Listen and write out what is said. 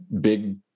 big